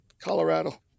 Colorado